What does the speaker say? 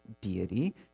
deity